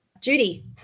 Judy